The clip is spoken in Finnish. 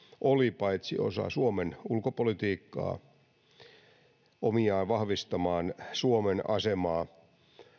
oli paitsi osa suomen ulkopolitiikkaa myös omiaan vahvistamaan suomen asemaa